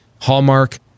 Hallmark